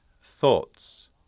thoughts